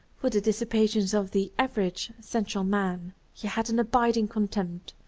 for the dissipations of the average sensual man he had an abiding contempt.